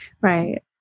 Right